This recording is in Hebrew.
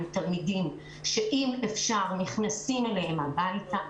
הם תלמידים שאם אפשר נכנסים אליהם הביתה.